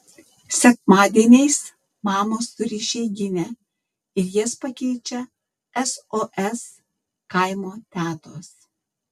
sekmadieniais mamos turi išeiginę ir jas pakeičia sos kaimo tetos